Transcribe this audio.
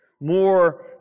More